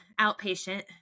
outpatient